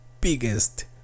biggest